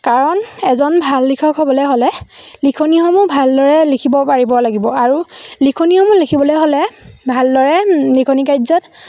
কাৰণ এজন ভাল লিখক হ'বলৈ হ'লে লিখনিসমূহ ভালদৰে লিখিব পাৰিব লাগিব আৰু লিখনিসমূহ লিখিবলৈ হ'লে ভালদৰে লিখনি কাৰ্যত